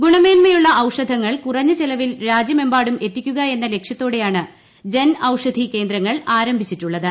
ഗുണമേൻമയുള്ള ഔഷധങ്ങൾ കുറഞ്ഞ ചെലവിൽ രാജ്യമെമ്പാടും എത്തിക്കുകയെന്ന ലക്ഷ്യത്തോടെയാണ് ജൻ ഔഷധി കേന്ദ്രങ്ങൾ ആരംഭിച്ചിട്ടുളളത്